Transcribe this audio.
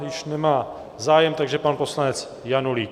Již nemá zájem, takže pan poslanec Janulík.